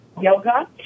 yoga